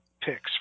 picks